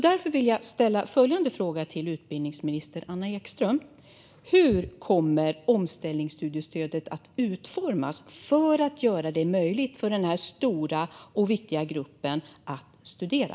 Därför vill jag ställa följande fråga till utbildningsminister Anna Ekström: Hur kommer omställningsstudiestödet att utformas för att göra det möjligt för denna stora och viktiga grupp att studera?